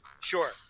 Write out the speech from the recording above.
sure